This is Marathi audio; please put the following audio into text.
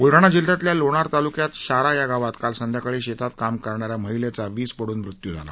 बुलडाणा जिल्ह्यातल्या लोणार तालुक्यात शारा या गावात काल संध्याकाळी शेतात काम करणाऱ्या महिलेचा वीज पडून मृत्यू झाला